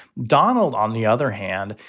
donald, on the other hand,